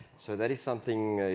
so that is something,